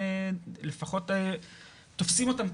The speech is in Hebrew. לפחות תופסים אותם,